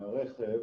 מהרכב.